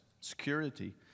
security